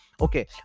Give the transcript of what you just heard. Okay